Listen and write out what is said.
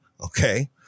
okay